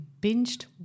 binged